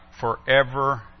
forever